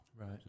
Right